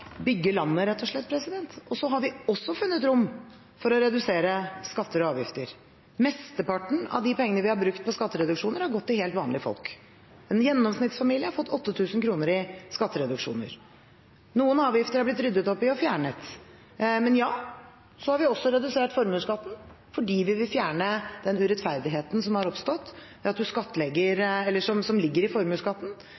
bygge landet, rett og slett. Så har vi også funnet rom for å redusere skatter og avgifter. Mesteparten av de pengene vi har brukt på skattereduksjoner, har gått til helt vanlige folk. En gjennomsnittsfamilie har fått 8 000 kr i skattereduksjoner. Noen avgifter har det blitt ryddet opp i, og de har blitt fjernet. Ja, vi har også redusert formuesskatten, fordi vi vil fjerne den urettferdigheten som ligger i formuesskatten, ved at